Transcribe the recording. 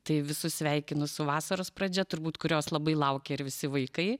tai visus sveikinu su vasaros pradžia turbūt kurios labai laukė ir visi vaikai